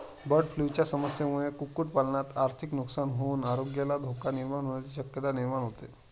बर्डफ्लूच्या समस्येमुळे कुक्कुटपालनात आर्थिक नुकसान होऊन आरोग्याला धोका निर्माण होण्याची शक्यता निर्माण होते